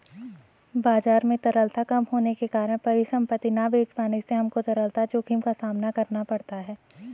बाजार में तरलता कम होने के कारण परिसंपत्ति ना बेच पाने से हमको तरलता जोखिम का सामना करना पड़ता है